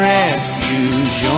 refuge